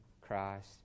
Christ